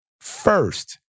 First